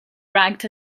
ranked